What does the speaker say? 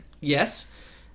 yes